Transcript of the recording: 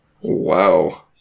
Wow